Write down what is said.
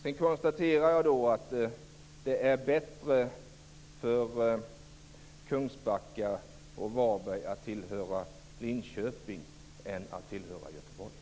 Sedan konstaterar jag att det är bättre för Kungsbacka och Varberg att tillhöra Linköping än att tillhöra Göteborg.